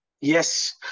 Yes